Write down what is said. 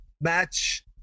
match